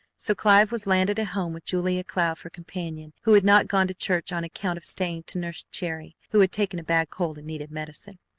so clive was landed at home with julia cloud for companion, who had not gone to church on account of staying to nurse cherry, who had taken a bad cold and needed medicine.